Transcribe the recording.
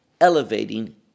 elevating